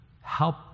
help